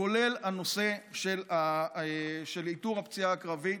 כולל הנושא של עיטור הפציעה הקרבית,